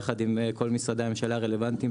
יחד עם כל משרדי הממשלה הרלוונטיים,